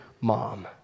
mom